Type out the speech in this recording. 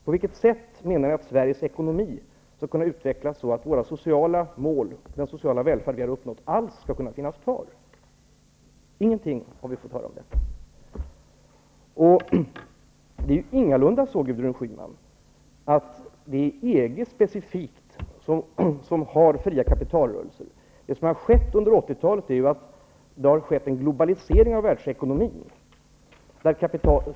På vilket sätt menar ni att Sveriges ekonomi skall kunna utveckas så att våra sociala mål skall kunna nås och den sociala välfärd vi har uppnått alls skall kunna finnas kvar? Ingenting har vi fått höra om detta. Det är ingalunda så, Gudrun Schyman, att det är EG specifikt som har fria kapitalrörelser. Det som har inträffat under 80-talet är att det har skett en globalisering av världsekonomin.